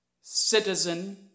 citizen